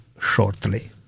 shortly